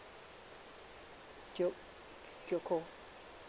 k~ kyoto